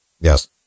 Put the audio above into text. Yes